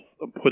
put